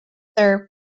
their